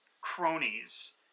cronies